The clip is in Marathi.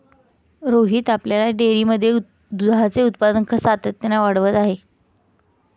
रोहित आपल्या डेअरीमध्ये दुधाचे उत्पादन सातत्याने वाढवत आहे